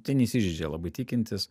te neįsižeidžia labai tikintys